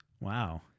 Wow